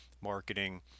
marketing